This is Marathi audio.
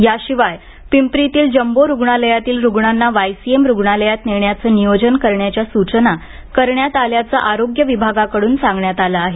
याशिवाय पिंपरीतील जम्बो रुग्णालयातील रुग्णांना वायसीएम रुग्णालयात नेण्याचं नियोजन करण्याच्या सूचना करण्यात आल्याचं आरोग्य विभागाकडून सांगण्यात आलं आहे